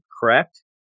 Correct